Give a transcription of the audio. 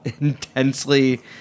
intensely